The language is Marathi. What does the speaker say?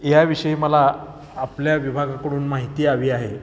या विषयी मला आपल्या विभागाकडून माहिती हवी आहे